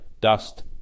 dust